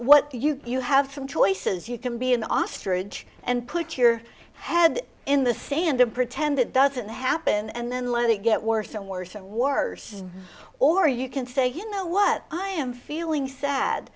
what you you have from choices you can be an ostrich and put your head in the sand and pretend it doesn't happen and then let it get worse and worse and worse or you can say you know what i am feeling sad